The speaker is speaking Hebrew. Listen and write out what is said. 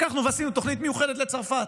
לקחנו ועשינו תוכנית מיוחדת לצרפת,